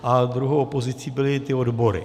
A druhou opozicí byly odbory.